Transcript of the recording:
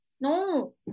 no